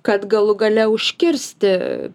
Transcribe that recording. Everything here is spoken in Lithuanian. kad galų gale užkirsti